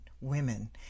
women